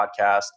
podcast